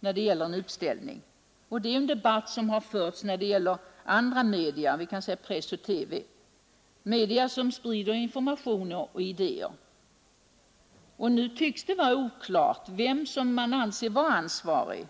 Det är en fråga som har debatterats när det gäller andra media — press och TV — som sprider information och idéer. Nu tycks det vara oklart vem som är ansvarig